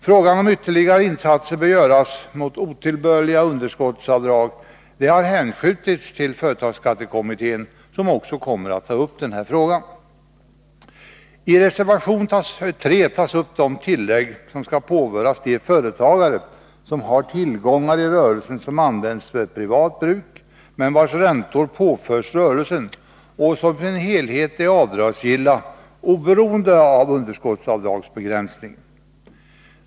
Frågan om ytterligare insatser bör göras mot otillbörliga underskottsavdrag har hänskjutits till företagsskattekommittén, som också kommer att ta upp frågan. I reservation 3 behandlas de tillägg som skall påföras de företagare som har tillgångar i rörelsen, vilka används för privat bruk men vilkas räntor påförts rörelsen och i sin helhet blivit avdragsgilla oberoende av underskottsavdragsbegränsningen.